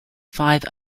five